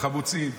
"חמוצים".